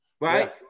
right